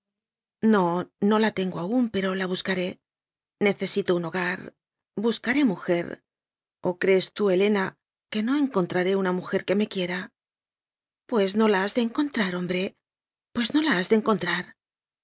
no no la tengo aún pero la buscaré ne cesito un hogar buscaré mujer o crees tú helena que no encontraré una mujer que me quiera pues no la has de encontrar hombre pues no la has de encontrar